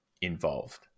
involved